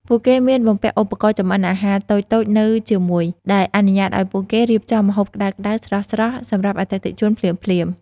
ពួកគេមានបំពាក់ឧបករណ៍ចម្អិនអាហារតូចៗនៅជាមួយ ដែលអនុញ្ញាតឱ្យពួកគេរៀបចំម្ហូបក្តៅៗស្រស់ៗសម្រាប់អតិថិជនភ្លាមៗ។